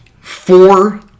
four